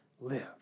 live